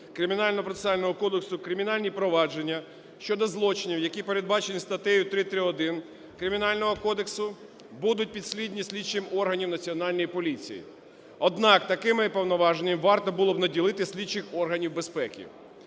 Кримінально-процесуального кодексу кримінальні провадження щодо злочинів, які передбачені статтею 331 Кримінального кодексу, будуть підслідні слідчим органам Національної поліції. Однак такими повноваженнями варто було б наділити слідчих органів безпеки.